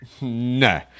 No